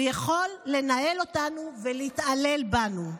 הוא יכול לנהל אותנו ולהתעלל בנו.